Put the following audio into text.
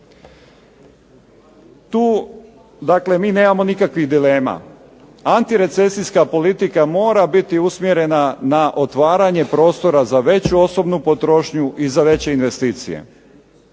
Tu dakle mi nemamo nikakvih dilema. Antirecesijska politika mora biti usmjerena na otvaranje prostora za veću osobnu potrošnju i za veće investicije.